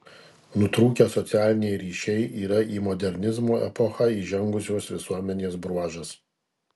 nutrūkę socialiniai ryšiai yra į modernizmo epochą įžengusios visuomenės bruožas